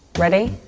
ready?